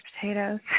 potatoes